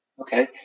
Okay